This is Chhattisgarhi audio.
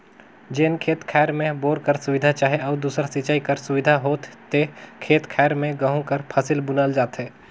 जेन खेत खाएर में बोर कर सुबिधा चहे अउ दूसर सिंचई कर सुबिधा होथे ते खेत खाएर में गहूँ कर फसिल बुनल जाथे